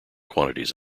quantities